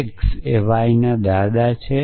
x એ y ના દાદા છે